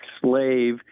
slave